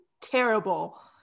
terrible